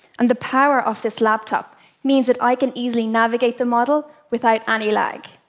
and the power of this laptop means that i can easily navigate the model without any lag.